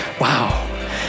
Wow